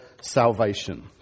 salvation